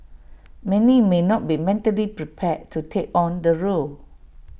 many may not be mentally prepared to take on the role